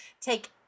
take